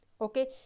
okay